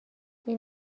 این